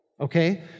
okay